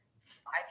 five